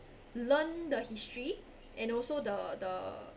learn the history and also the the